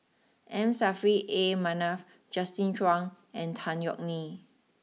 M Saffri A Manaf Justin Zhuang and Tan Yeok Nee